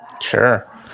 Sure